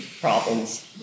problems